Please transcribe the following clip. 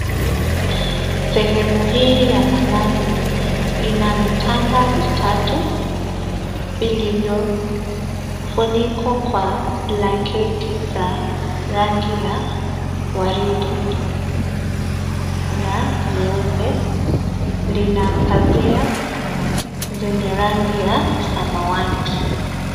Sehemu hii ya malazi ina vitanda vitatu vilivyo funikwa kwa blanketi za rangi ya waridi na nyeupe. Lina pazia zenye rangi ya samawati.